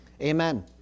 Amen